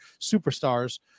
superstars